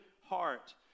heart